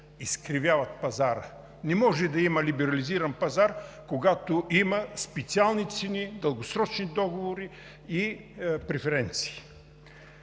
изкривяват пазара. Не може да има либерализиран пазар, когато има специални цени, дългосрочни договори и преференции.